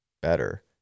better